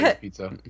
pizza